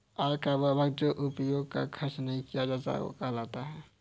आय का वह भाग जो उपभोग पर खर्च नही किया जाता क्या कहलाता है?